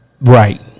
Right